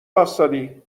واستادی